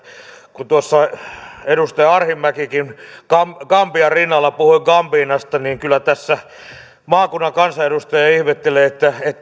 kun tuossa edustaja arhinmäkikin gambian rinnalla puhui gambinasta niin kyllä tässä maakunnan kansanedustaja ihmettelee